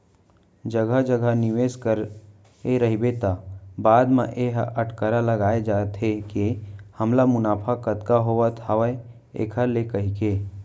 जघा जघा निवेस करे रहिबे त बाद म ए अटकरा लगाय जाथे के हमला मुनाफा कतका होवत हावय ऐखर ले कहिके